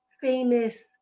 famous